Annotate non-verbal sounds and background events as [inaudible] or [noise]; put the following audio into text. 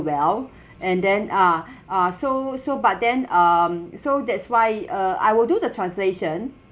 well [breath] and then ah [breath] ah so so but then um so that's why uh I will do the translation